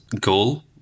goal